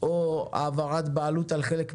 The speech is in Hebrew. או העברת בעלות על חלק מהדירות,